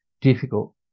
difficult